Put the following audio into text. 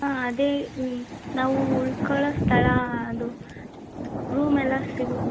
ಹಾಂ ಅದೇ ಹ್ಞೂ ನಾವೂ ಉಳ್ಕೊಳ್ಳೋ ಸ್ಥಳ ಅದು ರೂಮ್ ಎಲ್ಲ ಸಿಗು